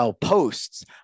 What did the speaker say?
posts